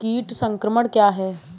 कीट संक्रमण क्या है?